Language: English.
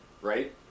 right